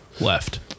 left